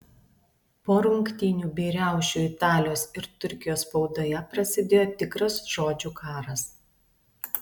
po rungtynių bei riaušių italijos ir turkijos spaudoje prasidėjo tikras žodžių karas